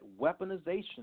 weaponization